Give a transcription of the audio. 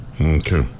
Okay